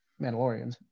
Mandalorians